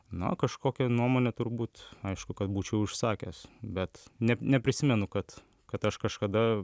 na kažkokią nuomonę turbūt aišku kad būčiau išsakęs bet ne neprisimenu kad kad aš kažkada